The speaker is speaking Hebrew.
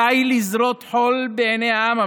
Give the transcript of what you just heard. די לזרות חול בעיני העם.